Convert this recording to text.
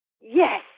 Yes